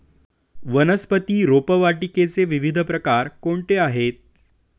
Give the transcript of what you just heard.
वनस्पती रोपवाटिकेचे विविध प्रकार कोणते आहेत?